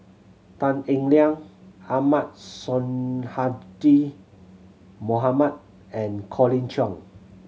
Tan Eng Liang Ahmad Sonhadji Mohamad and Colin Cheong